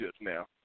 now